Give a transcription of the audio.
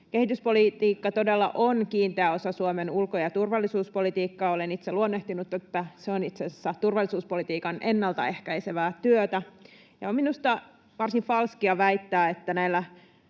Kehityspolitiikka todella on kiinteä osa Suomen ulko- ja turvallisuuspolitiikkaa. Olen itse luonnehtinut, että se on itse asiassa turvallisuuspolitiikan ennaltaehkäisevää työtä, ja minusta on varsin falskia väittää, että näillä